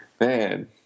Man